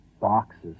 boxes